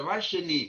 דבר שני,